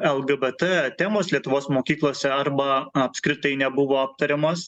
lgbt temos lietuvos mokyklose arba apskritai nebuvo aptariamos